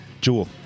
Jewel